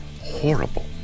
horrible